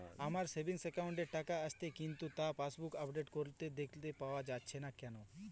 আমার savings account এ টাকা আসছে কিন্তু তা পাসবুক আপডেট করলে দেখতে পাওয়া যাচ্ছে না কেন?